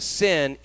sin